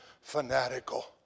fanatical